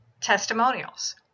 testimonials